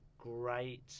great